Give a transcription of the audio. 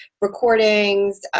recordings